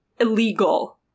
illegal